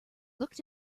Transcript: looked